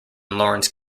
lawrence